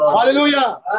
Hallelujah